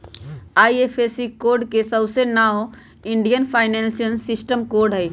IFSC code के सऊसे नाओ इंडियन फाइनेंशियल सिस्टम कोड हई